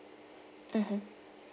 mmhmm